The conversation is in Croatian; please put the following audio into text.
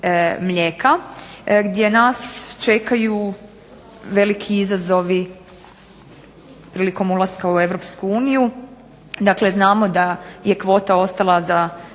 mlijeka, gdje nas čekaju veliki izazovi prilikom ulaska u Europsku uniju, dakle znamo da je kvota ostala za